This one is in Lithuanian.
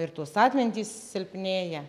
ir tos atmintys silpnėja